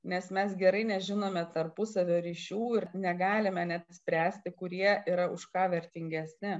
nes mes gerai nežinome tarpusavio ryšių ir negalime net spręsti kurie yra už ką vertingesni